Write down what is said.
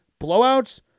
blowouts